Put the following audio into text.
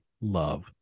love